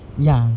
ya